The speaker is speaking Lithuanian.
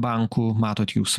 bankų matot jūs